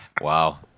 wow